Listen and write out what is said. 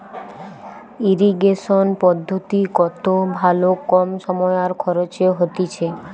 irrigation পদ্ধতি কত ভালো কম সময় আর খরচে হতিছে